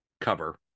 cover